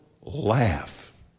laugh